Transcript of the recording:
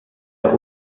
der